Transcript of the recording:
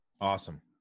Awesome